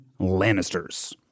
Lannisters